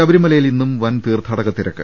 ശബരിമലയിൽ ഇന്നും വൻ തീർഥാടക തിരക്ക്